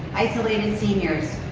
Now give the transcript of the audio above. isolated seniors,